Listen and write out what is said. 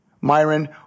Myron